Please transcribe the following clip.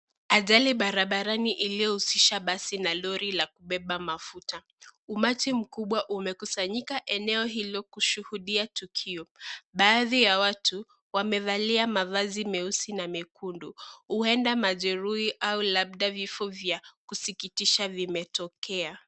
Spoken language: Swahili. Ajali barabarani iliyohusisha basi na lori la kubeba mafuta, umati mkubwa umekusanyika eneo hilo kushuhudia tukio, baadhi ya watu wamevalia mavazi meusi na mekundu, huenda majeruhi au labda vifo vya kusikitisha vimetokea.